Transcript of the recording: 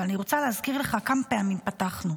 אבל אני רוצה להזכיר לך כמה פעמים פתחנו.